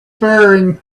faring